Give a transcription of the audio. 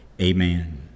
amen